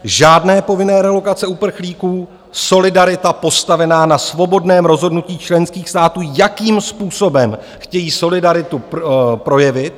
Žádné povinné relokace uprchlíků, solidarita postavená na svobodném rozhodnutí členských států, jakým způsobem chtějí solidaritu projevit.